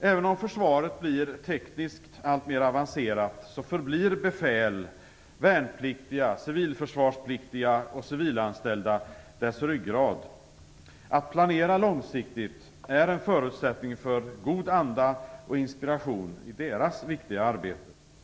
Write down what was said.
Även om försvaret blir alltmer tekniskt avancerat förblir befäl, värnpliktiga, civilförsvarspliktiga och civilanställda dess ryggrad. Att man planerar långsiktigt är en förutsättning för en god anda och för inspiration i deras viktiga arbete.